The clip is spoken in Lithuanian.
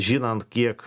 žinant kiek